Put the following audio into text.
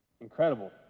Incredible